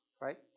right